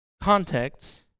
context